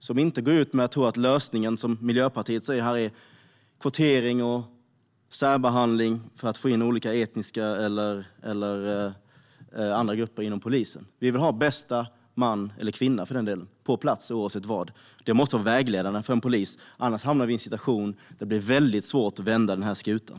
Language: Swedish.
Lösningen ska inte vara, som Miljöpartiet säger, kvotering och särbehandling för att få in olika etniska grupper eller andra grupper i polisen. Vi vill ha bästa man, eller kvinna för den delen, på plats oavsett vad. Det måste vara vägledande för en polis. Annars hamnar vi i en situation där det blir mycket svårt att vända skutan.